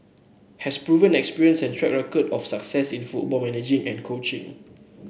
has proven experience and track record of success in football management and coaching